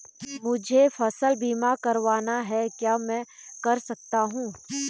मुझे फसल बीमा करवाना है क्या मैं कर सकता हूँ?